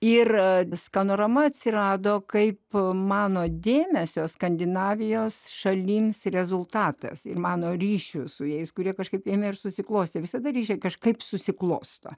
ir skanorama atsirado kaip mano dėmesio skandinavijos šalims rezultatas ir mano ryšiui su jais kurie kažkaip ėmė ir susiklostė visada reikia kažkaip susiklosto